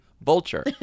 Vulture